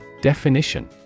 Definition